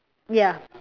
ya